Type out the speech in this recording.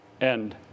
End